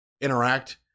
interact